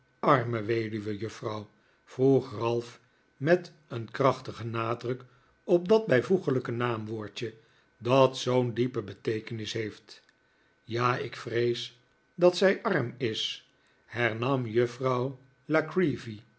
arme weduwe juffrouw vroeg ralph met een krachtigen nadruk op dat bijvoegelijke naamwoordje dat zoo'n diepe beteekenis heeft ja ik vrees dat zij arm is hernam juffrouw